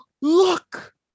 look